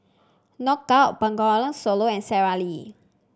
Knockout Bengawan Solo and Sara Lee